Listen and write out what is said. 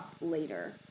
later